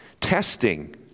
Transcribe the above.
Testing